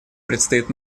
предстоит